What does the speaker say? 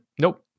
nope